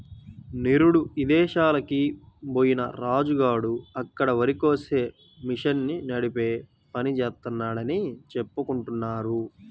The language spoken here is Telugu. నిరుడు ఇదేశాలకి బొయ్యిన రాజు గాడు అక్కడ వరికోసే మిషన్ని నడిపే పని జేత్తన్నాడని చెప్పుకుంటున్నారు